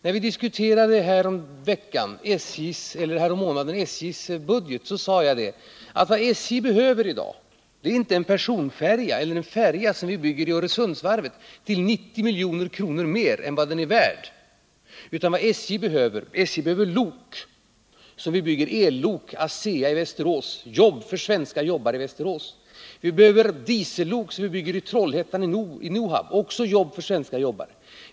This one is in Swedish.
När vi för någon månad sedan diskuterade SJ:s budget sade jag att vad SJ behöver i dag är inte en färja som vi bygger vid Öresundsvarvet till en kostnad av 90 milj.kr. mer än vad den är värd, utan SJ behöver lok — ellok byggda av ASEA i Västerås, vilket ger jobb för svenska jobbare i Västerås. SJ behöver också diesellok, som byggs vid NOHAB i Trollhättan, vilket även ger jobb åt svenska jobbare.